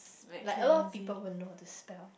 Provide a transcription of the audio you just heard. like a lot of people won't know how to spell